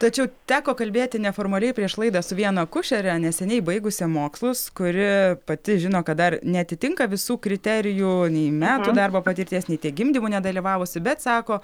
tačiau teko kalbėti neformaliai prieš laidą su viena akušere neseniai baigusią mokslus kuri pati žino kad dar neatitinka visų kriterijų nei metų darbo patirties nei tiek gimdymų nedalyvavusi bet sako